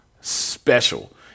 special